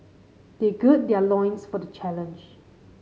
they gird their loins for the challenge